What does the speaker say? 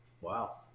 Wow